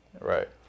Right